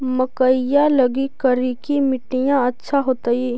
मकईया लगी करिकी मिट्टियां अच्छा होतई